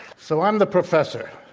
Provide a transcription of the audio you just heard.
so, i'm the professor.